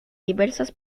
diversas